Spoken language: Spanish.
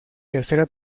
tercera